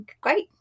great